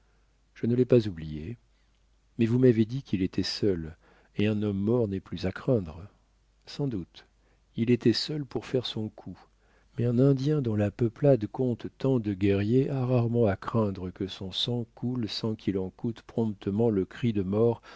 je ne l'ai pas oublié mais vous m'avez dit qu'il était seul et un homme mort n'est plus à craindre sans doute il était seul pour faire son coup mais un indien dont la peuplade compte tant de guerriers a rarement à craindre que son sang coule sans qu'il en coûte promptement le cri de mort